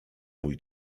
mój